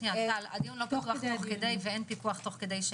הדיון ולא פתוח תוך כדי ואין פיקוח תוך כדי.